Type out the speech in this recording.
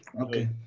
Okay